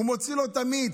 הוא מוציא לו את המיץ,